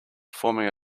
forming